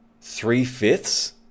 Three-fifths